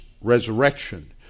resurrection